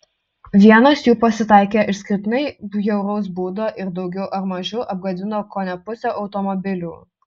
vienas jų pasitaikė išskirtinai bjauraus būdo ir daugiau ar mažiau apgadino kone pusę automobilių